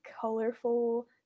colorful